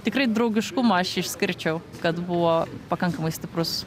tikrai draugiškumą aš išskirčiau kad buvo pakankamai stiprus